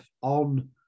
on